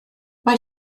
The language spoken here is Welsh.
mae